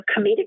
comedic